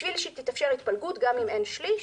בשביל שתתאפשר התפלגות, גם אם אין שליש,